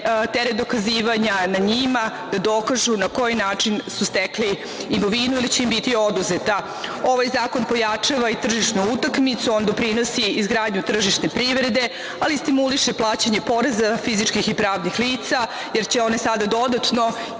teret dokazivanja na njima da dokažu na koji način su stekli imovinu ili će im biti oduzeta. Ovaj zakon pojačava i tržišnu utakmicu, on doprinosi izgradnju tržišne privrede, ali i stimuliše plaćanje poreza fizičkih i pravnih lica, jer će one sada dodatno